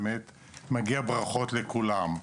ובאמת מגיעות ברכות לכולם.